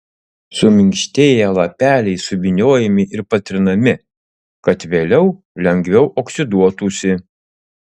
suminkštėję lapeliai suvyniojami ir patrinami kad vėliau lengviau oksiduotųsi